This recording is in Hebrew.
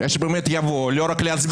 אולי שבאמת יבואו לא רק להצביע.